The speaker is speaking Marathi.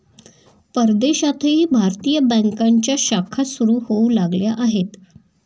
परदेशातही भारतीय बँकांच्या शाखा सुरू होऊ लागल्या आहेत